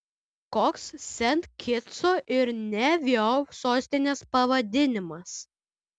koks sent kitso ir nevio sostinės pavadinimas